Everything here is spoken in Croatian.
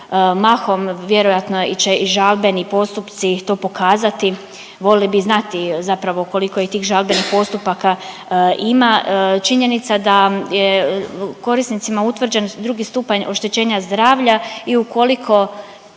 mahom vjerojatno će i žalbeni postupci to pokazati, volili bi znati zapravo koliko i tih žalbenih ima. Činjenica da korisnicima utvrđen drugi stupanj oštećenja zdravlja i ukoliko